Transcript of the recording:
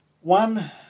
one